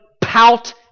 pout